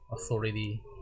authority